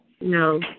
No